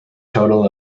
total